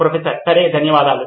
professor సరే ధన్యవాదాలు